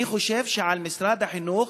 אני חושב שעל משרד החינוך